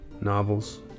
novels